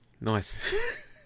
nice